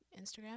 instagram